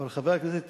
אבל, חבר הכנסת טיבי,